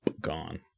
gone